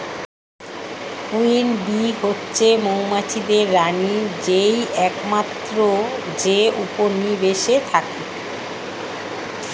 queen bee হচ্ছে মৌমাছিদের রানী যেই একমাত্র যে উপনিবেশে থাকে